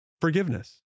Forgiveness